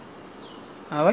market